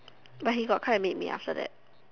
but he got come and meet me after that